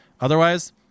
Otherwise